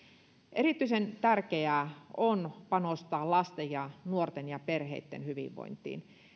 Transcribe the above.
erityisen tärkeää on panostaa lasten ja nuorten ja perheitten hyvinvointiin